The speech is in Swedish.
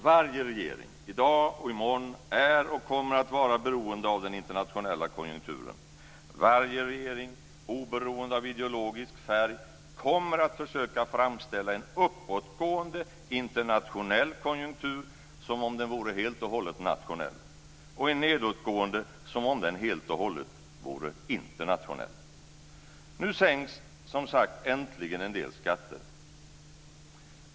Varje regering, i dag och i morgon, är och kommer att vara beroende av den internationella konjunkturen. Varje regering, oberoende av ideologisk färg, kommer att försöka framställa en uppåtgående internationell konjunktur som om den vore helt och hållet nationell och en nedåtgående som om den helt och hållet vore internationell. Nu sänks, som sagt, äntligen en del skatter.